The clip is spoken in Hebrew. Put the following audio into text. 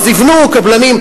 אז יבנו הקבלנים.